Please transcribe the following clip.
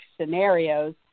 scenarios